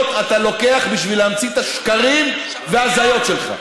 אתה לוקח בשביל להמציא את השקרים וההזיות שלך.